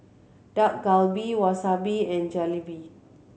Dak Galbi Wasabi and Jalebi